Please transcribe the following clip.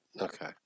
Okay